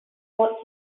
want